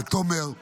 לתומר,